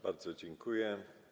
Bardzo dziękuję.